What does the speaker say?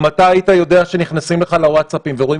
אם היית יודע שנכנסים לך לווטסאפים ורואים